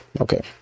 okay